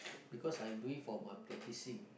because I'm doing for my practising